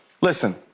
listen